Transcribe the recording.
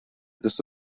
this